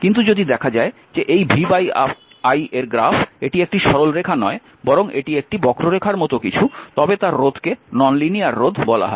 কিন্তু যদি দেখা যায় যে এই vi এর গ্রাফ এটি একটি সরল রেখা নয় বরং এটি একটি বক্ররেখার মত কিছু তবে তার রোধকে নন লিনিয়ার রোধ বলা হয়